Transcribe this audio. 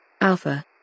Alpha